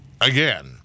Again